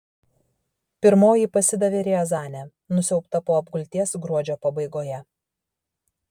pirmoji pasidavė riazanė nusiaubta po apgulties gruodžio pabaigoje